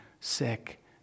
sick